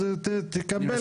אז תקבל את זה.